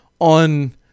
on